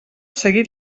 seguit